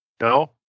No